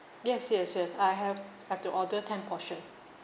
yes yes yes I have I've to order ten portion